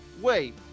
Wait